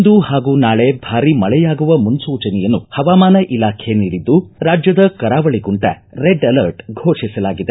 ಇಂದು ಹಾಗೂ ನಾಳೆ ಭಾರೀ ಮಳೆಯಾಗುವ ಮುನ್ಲೂಚನೆಯನ್ನು ಹವಾಮಾನ ಇಲಾಖೆ ನೀಡಿದ್ದು ರಾಜ್ಜದ ಕರಾವಳಗುಂಟ ರೆಡ್ ಅಲರ್ಟ್ ಘೋಷಿಸಲಾಗಿದೆ